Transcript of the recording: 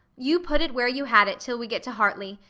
you put it where you had it, till we get to hartley,